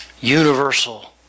universal